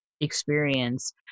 experience